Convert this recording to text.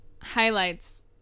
highlights